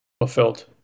fulfilled